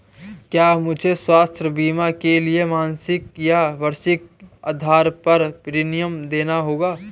क्या मुझे स्वास्थ्य बीमा के लिए मासिक या वार्षिक आधार पर प्रीमियम देना होगा?